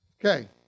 Okay